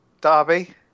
Derby